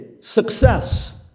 success